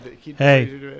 Hey